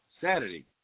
Saturday